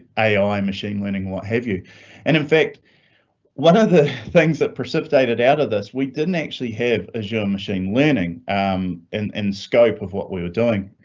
ai machine learning, what have you. and in fact one of the things that precipitated out of this. we didn't actually have azure machine learning um and and scope of what we were doing,